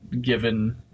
given